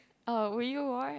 oh would you watch